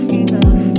enough